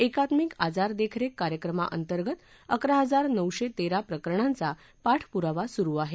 एकात्मिक आजार देखरेख कार्यक्रमांतर्गत अकरा हजार नऊशे तेरा प्रकरणांचा पाठपुरावा सुरू आहे